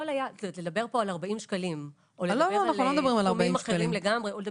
לדבר פה על 40 שקלים או לדבר על סכומים אחרים לגמרי --- לא,